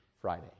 Friday